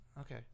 okay